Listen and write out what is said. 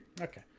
Okay